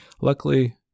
Luckily